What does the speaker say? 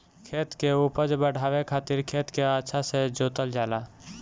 खेत के उपज बढ़ावे खातिर खेत के अच्छा से जोतल जाला